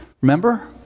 Remember